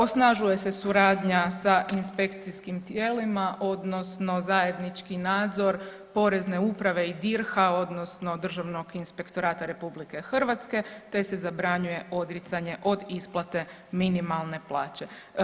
Osnažuje se suradnja sa inspekcijskim tijelima odnosno zajednički nadzor Porezne uprave i DIRH-a odnosno Državnog inspektorata RH te se zabranjuje odricanje od isplate minimalne plaće.